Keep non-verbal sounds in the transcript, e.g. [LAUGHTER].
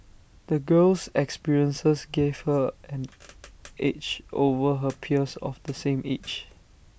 the girl's experiences gave her an [NOISE] edge over her peers of the same age